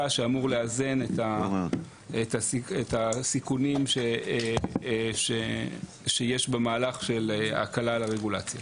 שאמור לאזן את הסיכונים שיש במהלך של ההקלה על הרגולציה.